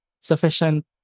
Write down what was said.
sufficient